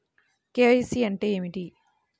KYC అంటే ఏమి?